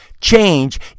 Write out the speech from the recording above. Change